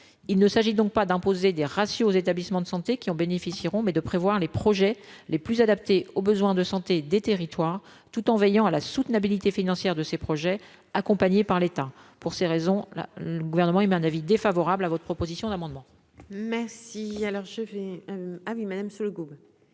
il ne s'agit donc pas d'imposer des ratios aux établissements de santé, qui en bénéficieront, mais de prévoir les projets les plus adaptées aux besoins de santé des territoires tout en veillant à la soutenabilité financière de ces projets accompagnés par l'État pour ces raisons-là le Gouvernement émet un avis défavorable à votre proposition d'amendement. Merci